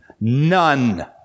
None